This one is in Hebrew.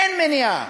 אין מניעה.